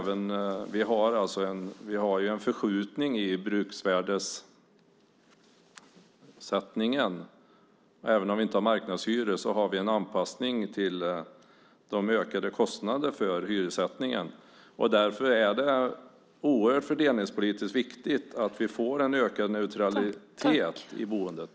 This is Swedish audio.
Vi har en förskjutning i bruksvärdessättningen. Även om vi inte har marknadshyror har vi en anpassning till de ökade kostnaderna för hyressättningen. Därför är det oerhört viktigt fördelningspolitiskt att vi får en ökad neutralitet i boendet.